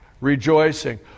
rejoicing